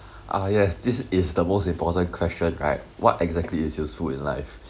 ah yes this is the most important question right what exactly is useful in life